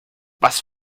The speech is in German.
was